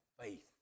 faith